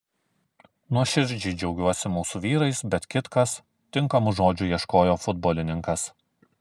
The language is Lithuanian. nuoširdžiai džiaugiuosi mūsų vyrais bet kitkas tinkamų žodžių ieškojo futbolininkas